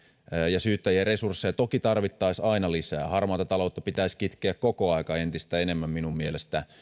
ja syyttäjien resursseja toki tarvittaisiin aina lisää harmaata taloutta pitäisi kitkeä koko ajan entistä enemmän minun mielestäni